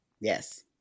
Yes